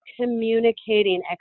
communicating